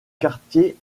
quartier